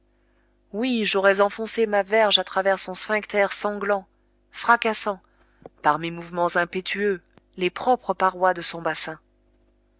oui j'aurais enfoncé ma verge à travers son sphyncter sanglant fracassant par mes mouvements impétueux les propres parois de son bassin